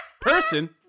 Person